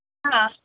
ਹਾਂ